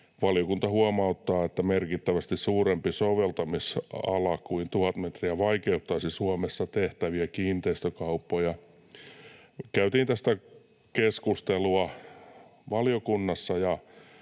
Valiokunta huomauttaa, että merkittävästi suurempi soveltamisala kuin 1 000 metriä vaikeuttaisi Suomessa tehtäviä kiinteistökauppoja.” Me käytiin valiokunnassa